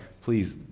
please